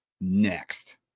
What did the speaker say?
next